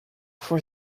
for